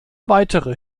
weitere